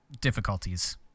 difficulties